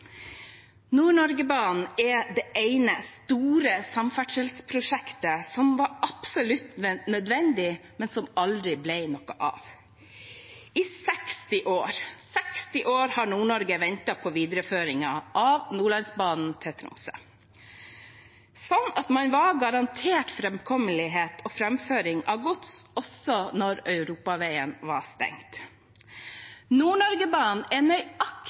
er det ene store samferdselsprosjektet som var absolutt nødvendig, men som aldri ble noe av. I 60 år har Nord-Norge ventet på videreføringen av Nordlandsbanen til Tromsø, sånn at man var garantert framkommelighet og framføring av gods også når europaveien er stengt. Nord-Norge-banen er